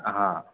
हाँ